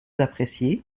apprécié